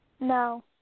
No